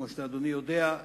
כמו שאדוני יודע,